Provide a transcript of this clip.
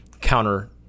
counter